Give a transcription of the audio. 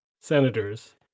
senators